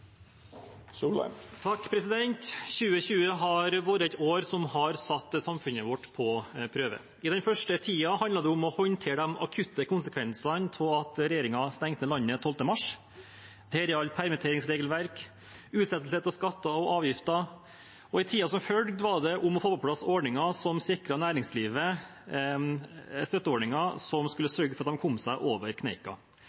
2020 har vært et år som har satt samfunnet vårt på prøve. I den første tiden handlet det om å håndtere de akutte konsekvensene av at regjeringen stengte landet 12. mars. Det gjaldt permitteringsregelverk og utsettelse av skatter og avgifter. I tiden som fulgte, handlet det om å få på plass ordninger som sikret næringslivet støtteordninger som skulle